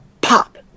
pop